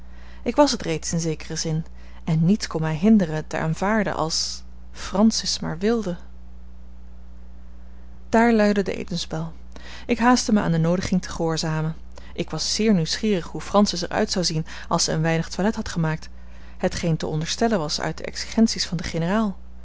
ik was het reeds in zekeren zin en niets kon mij hinderen het te aanvaarden als francis maar wilde daar luidde de etensbel ik haastte mij aan de noodiging te gehoorzamen ik was zeer nieuwsgierig hoe francis er uit zou zien als zij een weinig toilet had gemaakt hetgeen te onderstellen was uit de exigenties van den generaal